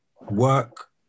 work